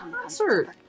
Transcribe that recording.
concert